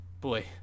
boy